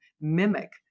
mimic